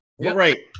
Right